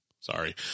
sorry